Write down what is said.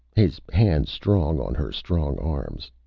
his hands strong on her strong arms.